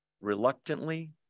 reluctantly